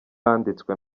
yanditswe